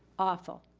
awful,